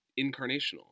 incarnational